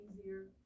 easier